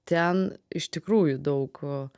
ten iš tikrųjų daug